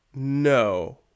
no